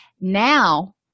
Now